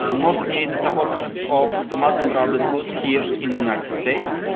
ah mostly the supporters of the muslim brotherhood here in the united states.